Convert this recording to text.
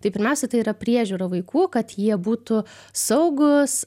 tai pirmiausia tai yra priežiūra vaikų kad jie būtų saugūs